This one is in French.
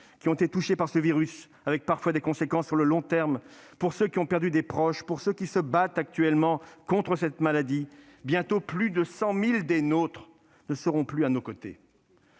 qui ont été touchés par ce virus, avec parfois des conséquences sur le long terme, pour ceux qui ont perdu des proches, pour ceux qui se battent actuellement contre cette maladie. Bientôt, plus de 100 000 des nôtres ne seront plus à nos côtés-